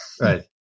Right